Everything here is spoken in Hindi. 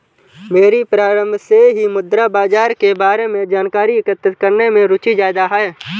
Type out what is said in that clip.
मेरी प्रारम्भ से ही मुद्रा बाजार के बारे में जानकारी एकत्र करने में रुचि ज्यादा है